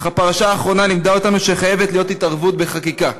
אך הפרשה האחרונה לימדה אותנו שחייבת להיות התערבות בחקיקה.